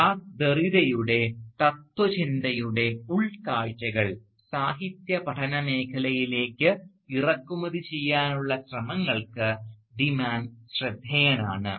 ഴക്ക് ഡെറിഡയുടെ തത്ത്വചിന്തയുടെ ഉൾക്കാഴ്ചകൾ സാഹിത്യപഠന മേഖലയിലേക്ക് ഇറക്കുമതി ചെയ്യാനുള്ള ശ്രമങ്ങൾക്ക് ഡി മാൻ ശ്രദ്ധേയനാണ്